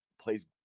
plays